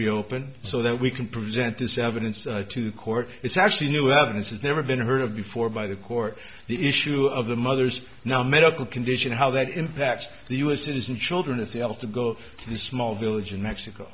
reopen so that we can present this evidence to court it's actually new evidence it's never been heard of before by the court the issue of the mother's now medical condition how that impacts the u s citizen children if they have to go to the small village in mexico